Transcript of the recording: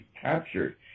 captured